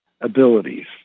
abilities